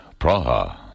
Praha